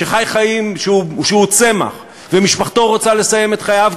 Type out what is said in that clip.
שחי חיים כשהוא צמח ומשפחתו רוצה לסיים את חייו,